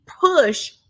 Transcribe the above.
push